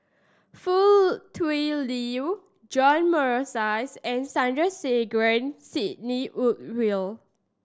Foo Tui Liew John Morrice and Sandrasegaran Sidney Woodhull